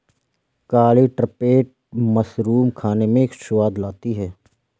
काली trumpet mushroom खाने में स्वाद लाती है